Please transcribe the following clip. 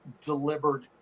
delivered